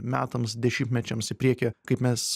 metams dešimtmečiams į priekį kaip mes